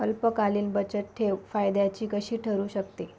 अल्पकालीन बचतठेव फायद्याची कशी ठरु शकते?